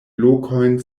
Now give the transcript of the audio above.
lokojn